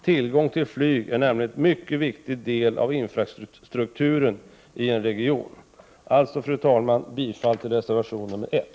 Tillgång till flyg är nämligen en mycket viktig del av infrastrukturen i en region. Fru talman! Jag yrkar alltså bifall till reservation 1.